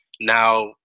now